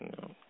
No